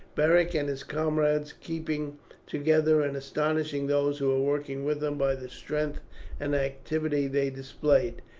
beric and his comrades keeping together and astonishing those who were working with them by the strength and activity they displayed.